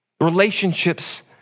Relationships